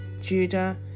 Judah